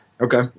Okay